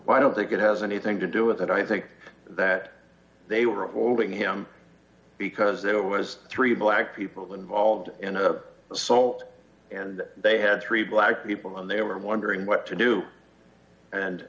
well i don't think it has anything to do with it i think that they were holding him because it was three black people involved in a assault and they had three black people and they were wondering what to do and